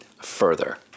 further